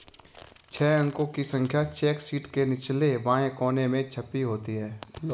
छह अंकों की संख्या चेक शीट के निचले बाएं कोने में छपी होती है